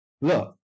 look